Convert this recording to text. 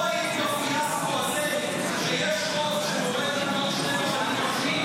לא היה כפיאסקו הזה שיש חוק שצריך למנות שני רבנים ראשיים,